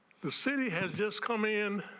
the city has just come in.